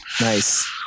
Nice